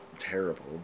terrible